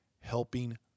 helping